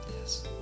Yes